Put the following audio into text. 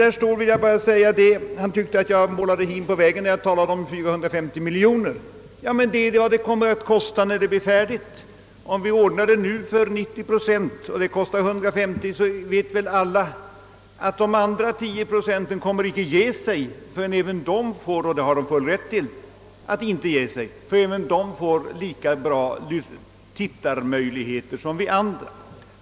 Herr Ståhl tyckte att jag målade hin på väggen när jag talade om 450 miljoner kronor. Men det är vad det kommer att kosta när systemet blir färdigt. Om vi ordnar det nu för 90 procent och det kostar 150 miljoner, så vet vi väl alla att de övriga 10 procenten inte kommer att ge sig — och de har full rätt att inte ge sig — förrän även de får lika bra tittarmöjligheter som vi andra.